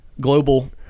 global